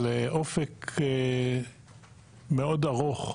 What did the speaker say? על אופק מאוד ארוך,